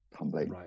Right